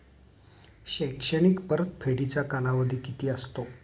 शैक्षणिक परतफेडीचा कालावधी किती असतो?